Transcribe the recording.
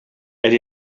elle